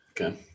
Okay